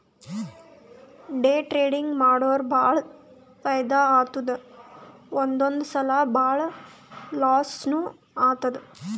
day trading ಮಾಡುರ್ ಭಾಳ ಫೈದಾ ಆತ್ತುದ್ ಒಂದೊಂದ್ ಸಲಾ ಭಾಳ ಲಾಸ್ನೂ ಆತ್ತುದ್